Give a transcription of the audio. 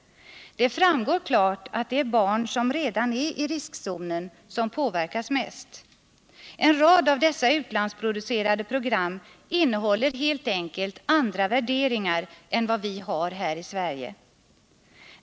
Det framgår klart att det är barn som redan är i riskzonen som påverkas mest. En rad av dessa utlandsproducerade program innehåller helt enkelt andra värderingar än vad vi har här i Sverige.